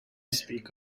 speak